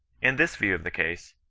in this view of the case,